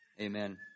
Amen